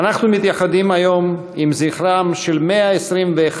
אנחנו מתייחדים היום עם זכרם של 121